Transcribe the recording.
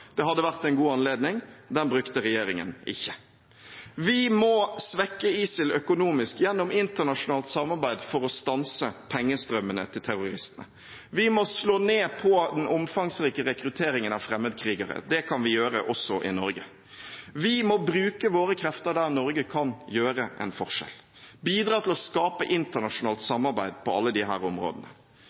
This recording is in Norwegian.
Det hadde vært en god anledning. Den brukte regjeringen ikke. Vi må svekke ISIL økonomisk gjennom internasjonalt samarbeid for å stanse pengestrømmene til terroristene. Vi må slå ned på den omfangsrike rekrutteringen av fremmedkrigere. Det kan vi gjøre også i Norge. Vi må bruke våre krefter der Norge kan gjøre en forskjell. Vi må bidra til å skape internasjonalt samarbeid på alle disse områdene.